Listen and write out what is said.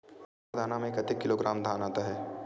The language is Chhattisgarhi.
बार दाना में कतेक किलोग्राम धान आता हे?